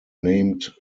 named